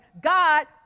God